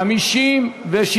חפץ אחר),